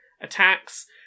attacks